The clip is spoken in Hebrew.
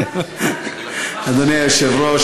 אדוני היושב-ראש,